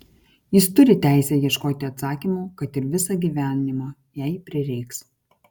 jis turi teisę ieškoti atsakymų kad ir visą gyvenimą jei prireiks